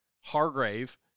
Hargrave